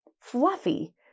fluffy